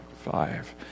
five